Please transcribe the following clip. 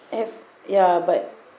ev~ ya but